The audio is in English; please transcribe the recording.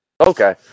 Okay